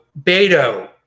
Beto